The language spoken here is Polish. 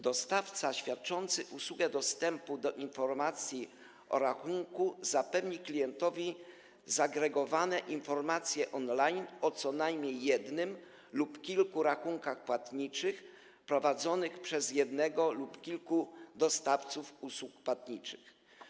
Dostawca świadczący usługę dostępu do informacji o rachunku zapewni klientowi zagregowane informacje on-line o co najmniej jednym rachunku płatniczym lub kilku rachunkach płatniczych, prowadzonych przez jednego lub kilku dostawców usług płatniczych.